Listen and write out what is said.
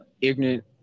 ignorant